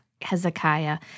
Hezekiah